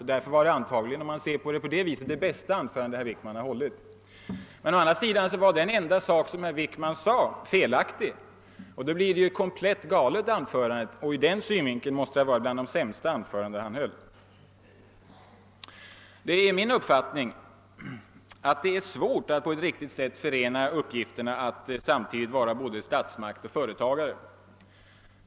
Om man ser saken på det sättet var det förmodligen det bästa anförande som herr Wickman hållit. Å andra sidan var den enda uppgift som herr Wickman lämnade felaktig, och då blir det ju ett komplett galet anförande. Ur den synvinkeln måste det därför vara bland de sämsta anföranden herr Wickman hållit. Det är min uppfattning att det är svårt att på ett riktigt sätt förena uppgifterna att samtidigt vara både statsmakt och företagare.